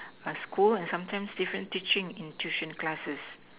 a school and sometimes different teaching in tuition classes